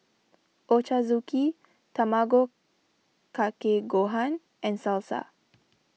Ochazuke Tamago Kake Gohan and Salsa